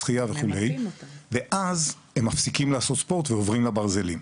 בשחייה וכדומה ואז הם מפסיקים לעשות ספורט ועוברים לברזלים.